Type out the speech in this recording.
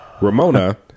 Ramona